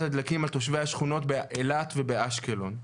הדלקים על תושבי השכונות באילת ובאשקלון.